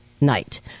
night